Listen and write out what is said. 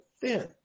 thin